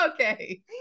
okay